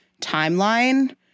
timeline